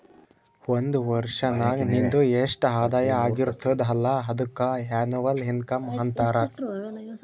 ಒಂದ್ ವರ್ಷನಾಗ್ ನಿಂದು ಎಸ್ಟ್ ಆದಾಯ ಆಗಿರ್ತುದ್ ಅಲ್ಲ ಅದುಕ್ಕ ಎನ್ನವಲ್ ಇನ್ಕಮ್ ಅಂತಾರ